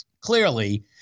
Clearly